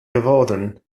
geworden